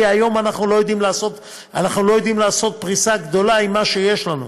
כי היום אנחנו לא יודעים לעשות פריסה גדולה עם מה שיש לנו.